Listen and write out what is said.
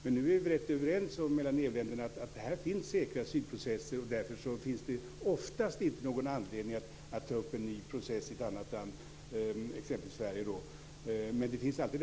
Men nu är vi rätt överens mellan EU-länderna om att det finns säkra asylprocesser och därför finns det oftast inte någon anledning att ta upp en ny process i ett annat land, exempelvis i Sverige. Men möjligheten finns alltid.